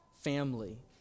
family